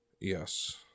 yes